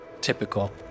typical